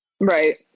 Right